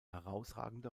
herausragende